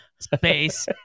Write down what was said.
space